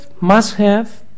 must-have